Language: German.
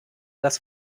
dass